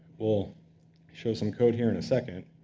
we'll show some code here in a second.